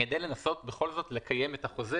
כדי לנסות בכל זאת לקיים את החוזה,